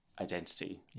identity